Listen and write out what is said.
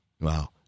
Wow